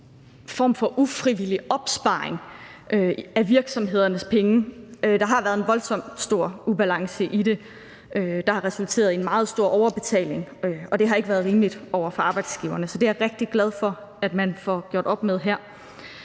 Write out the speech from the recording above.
en form for ufrivillig opsparing af virksomhedernes penge. Der har været en voldsomt stor ubalance i det, og det har resulteret i en meget stor overbetaling, og det har ikke været rimeligt over for arbejdsgiverne. Så det er jeg rigtig glad for at man får gjort op med her.